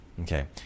Okay